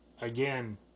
Again